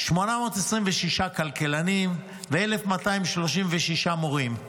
826 כלכלנים ו-1,236 מורים.